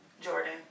Jordan